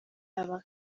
aba